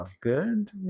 good